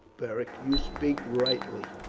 beric, you speak rightly,